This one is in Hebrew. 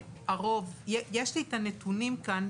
יש לי את הנתונים כאן,